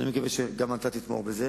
אני מקווה שגם אתה תתמוך בזה.